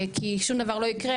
כי שום דבר לא יקרה,